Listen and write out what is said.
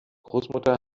großmutter